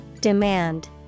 Demand